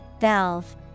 Valve